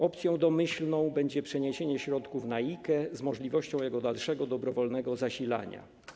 Opcją domyślną będzie przeniesienie środków na IKE z możliwością jego dalszego dobrowolnego zasilania.